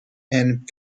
and